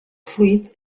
fruit